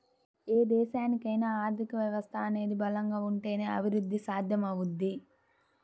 ఏ దేశానికైనా ఆర్థిక వ్యవస్థ అనేది బలంగా ఉంటేనే అభిరుద్ధి సాధ్యమవుద్ది